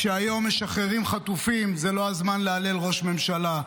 כשהיום משחררים חטופים זה לא הזמן להלל ראש ממשלה,